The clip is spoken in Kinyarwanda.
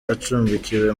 acumbikiwe